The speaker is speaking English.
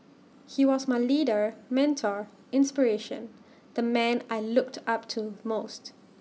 he was my leader mentor inspiration the man I looked up to most